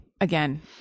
again